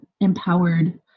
empowered